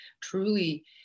truly